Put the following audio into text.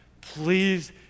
Please